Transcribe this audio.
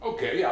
Okay